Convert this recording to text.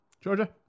Georgia